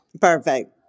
Perfect